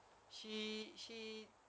she she